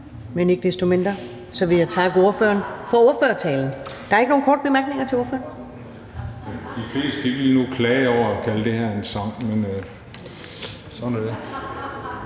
men ikke desto mindre vil jeg takke ordføreren for ordførertalen. Der er ikke nogen korte bemærkninger til ordføreren. (Christian Juhl (EL): De fleste ville nu klage over at kalde det her en sang, men sådan er det).